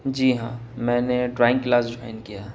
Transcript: جی ہاں میں نے ڈرائنگ کلاس جوائن کیا ہے